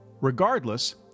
regardless